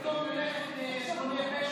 במקום ללכת לארגוני פשע,